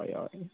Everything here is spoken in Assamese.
হয় হয়